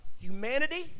Humanity